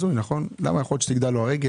יכול להיות שתגדל לו הרגל,